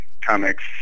comics